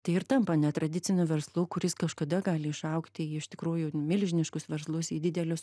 tai ir tampa netradiciniu verslu kuris kažkada gali išaugti iš tikrųjų milžiniškus verslus į didelius